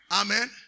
Amen